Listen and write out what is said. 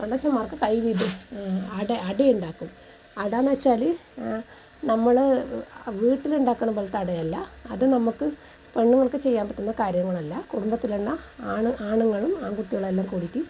കൈ വിട് അട അടയുണ്ടാക്കും അടയെന്നു വെച്ചാൽ നമ്മൽ വീട്ടിലുണ്ടാക്കുന്ന പോലത്തെ അടയല്ല അതു നമുക്ക് പെണ്ണുങ്ങൾക്ക് ചെയ്യാൻ പറ്റുന്ന കാര്യങ്ങളല്ല കുടുംബത്തിലുള്ള ആണു ആണുങ്ങളും ആൺകുട്ടികളും എല്ലാം കൂടിയിട്ട്